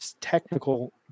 technical